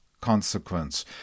consequence